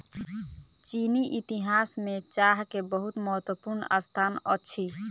चीनी इतिहास में चाह के बहुत महत्वपूर्ण स्थान अछि